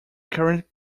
current